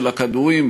חבר הכנסת יריב לוין,